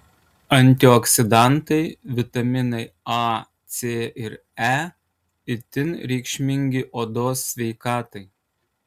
antioksidantai vitaminai a c ir e itin reikšmingi odos sveikatai